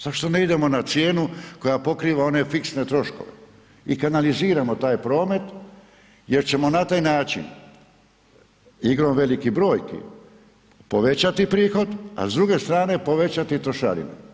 Zašto ne idemo na cijenu koja pokriva ovne fiksne troškove i kanaliziramo taj promet jer ćemo na taj način igrom velikih brojki povećati prihod a s druge strane povećati trošarine.